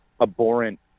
abhorrent